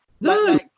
No